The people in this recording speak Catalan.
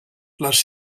les